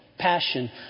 passion